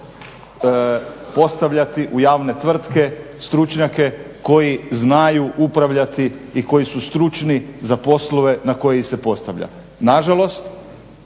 postavljati u javne tvrtke stručnjake koji znaju upravljati i koji su stručni za poslove na koje ih se postavlja. Nažalost